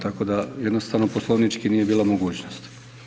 Tako da, jednostavno poslovnički nije bila mogućnost.